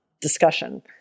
discussion